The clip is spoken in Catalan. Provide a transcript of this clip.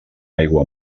aigua